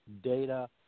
data